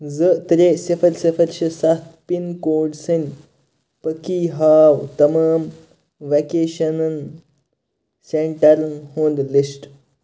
زٕ ترٛےٚ صِفَر صِفَر شےٚ سَتھ پِن کوڈ سٕنۍ پٔکی ہاو تمام وٮ۪کیشَنَن سٮ۪نٛٹَرن ہُنٛد لِسٹ